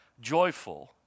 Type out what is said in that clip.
joyful